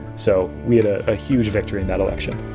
so we had a ah huge victory in that election.